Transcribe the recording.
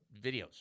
videos